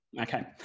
Okay